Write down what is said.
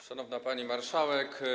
Szanowna Pani Marszałek!